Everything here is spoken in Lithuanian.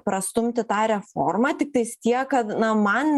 prastumti tą reformą tiktais tiek kad na man